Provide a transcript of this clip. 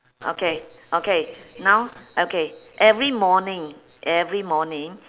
okay okay now okay every morning every morning